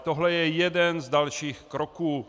Tohle je jeden z dalších kroků.